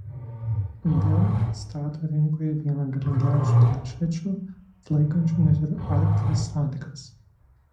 dell pristato rinkoje vieną galingiausių planšečių atlaikančių net ir arkties sąlygas